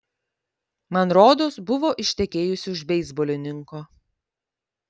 man rodos buvo ištekėjusi už beisbolininko